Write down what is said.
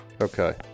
okay